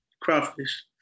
Crawfish